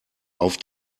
auf